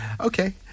okay